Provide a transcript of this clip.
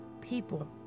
people